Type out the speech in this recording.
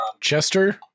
Chester